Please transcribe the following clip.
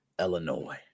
Illinois